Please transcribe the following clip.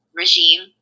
regime